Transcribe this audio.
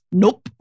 nope